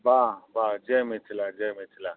वाह वाह जय मिथिला जय मिथिला